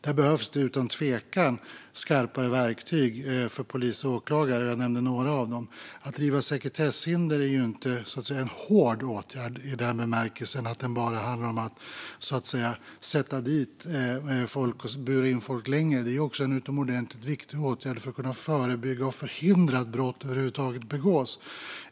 Där behövs utan tvekan skarpare verktyg för polis och åklagare. Jag nämnde några av dem. Att riva sekretesshinder är ju ingen hård åtgärd i den bemärkelsen att den bara handlar om att sätta dit och bura in folk under längre tid. Det är också en utomordentligt viktig åtgärd för att förebygga och förhindra att brott över huvud taget begås.